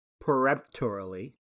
peremptorily